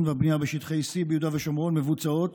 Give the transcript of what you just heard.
והבנייה בשטחי C ביהודה ושומרון מבוצעות